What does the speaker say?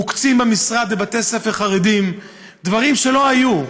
ומוקצים במשרד לבתי ספר חרדים דברים שלא היו.